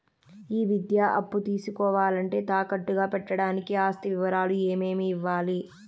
ఈ విద్యా అప్పు తీసుకోవాలంటే తాకట్టు గా పెట్టడానికి ఆస్తి వివరాలు ఏమేమి ఇవ్వాలి?